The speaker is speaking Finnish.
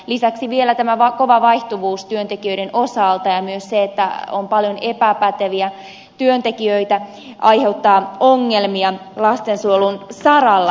lisäksi vielä tämä kova vaihtuvuus työntekijöiden osalta ja myös se että on paljon epäpäteviä työntekijöitä aiheuttaa ongelmia lastensuojelun saralla